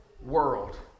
world